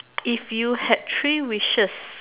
if you had three wishes